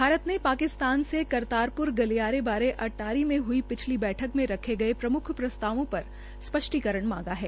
भारत ने पाकिस्तान से करतारपुर गलियारे बारे अटारी में हई पिछली बैठक में रखे प्रम्ख प्रस्तावों पर स्पष्टीकरण मांगा है